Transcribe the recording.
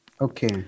Okay